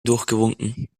durchgewunken